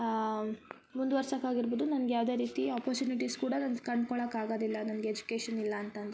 ಮುಂದುವರ್ಸಾಕಾಗಿರ್ಬೋದು ನನ್ಗ ಯಾವುದೇ ರೀತಿ ಒಪ್ಪೋರ್ಚುನಿಟೀಸ್ ಕೂಡ ನಾನು ಕಂಡ್ಕೊಳ್ಳಾಕೆ ಆಗದಿಲ್ಲ ನನ್ಗ ಎಜುಕೇಶನ್ ಇಲ್ಲ ಅಂತಂದರೆ